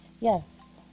Yes